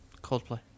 Coldplay